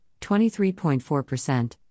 23.4%